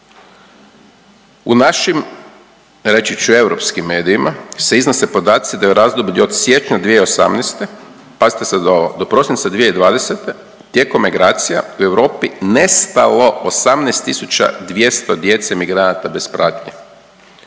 U našim, reći ću, europskim medijima se iznose podaci da je u razdoblju od siječnja 2018., pazite sad ovo, do prosinca 2020. tijekom migracija u Europi nestalo 18 200 djece migranata bez pratnje.